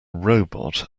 robot